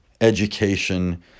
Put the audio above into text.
education